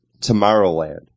Tomorrowland